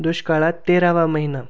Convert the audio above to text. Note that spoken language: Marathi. दुष्काळात तेरावा महिना